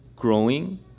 growing